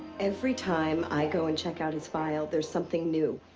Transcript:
every time i go and check out his file, there's something new.